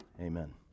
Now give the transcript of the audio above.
amen